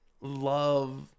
love